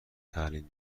تعلیم